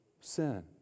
sin